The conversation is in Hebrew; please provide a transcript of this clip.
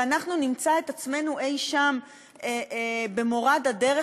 ואנחנו נמצא את עצמנו אי-שם במורד הדרך,